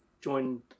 joined